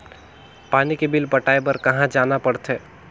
पानी के बिल पटाय बार कहा जाना पड़थे?